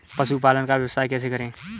पशुपालन का व्यवसाय कैसे करें?